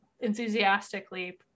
enthusiastically